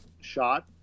shot